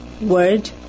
Word